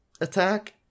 attack